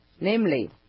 Namely